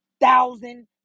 thousand